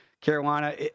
Carolina